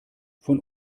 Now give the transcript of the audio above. von